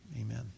amen